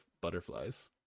butterflies